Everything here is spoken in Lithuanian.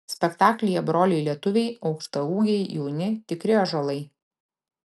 spektaklyje broliai lietuviai aukštaūgiai jauni tikri ąžuolai